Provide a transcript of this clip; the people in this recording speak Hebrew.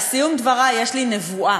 לסיום דברי, יש לי נבואה.